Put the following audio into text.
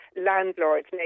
landlords